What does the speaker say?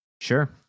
sure